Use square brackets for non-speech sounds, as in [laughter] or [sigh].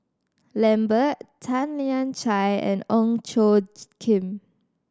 Lambert Tan Lian Chye and Ong Tjoe [unintelligible] Kim